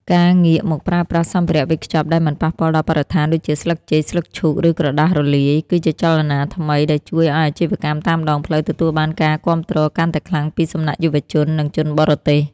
ការងាកមកប្រើប្រាស់សម្ភារៈវេចខ្ចប់ដែលមិនប៉ះពាល់ដល់បរិស្ថាន ដូចជាស្លឹកចេក ស្លឹកឈូក ឬក្រដាសរលាយ គឺជាចលនាថ្មីដែលជួយឱ្យអាជីវកម្មតាមដងផ្លូវទទួលបានការគាំទ្រកាន់តែខ្លាំងពីសំណាក់យុវជន និងជនបរទេស។